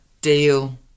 deal